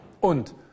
Und